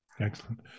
Excellent